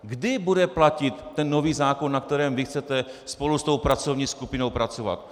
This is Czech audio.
Kdy bude platit ten nový zákon, na kterém vy chcete spolu s tou pracovní skupinou pracovat?